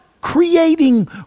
creating